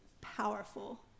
powerful